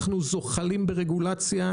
אנחנו זוחלים ברגולציה.